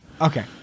Okay